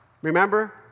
Remember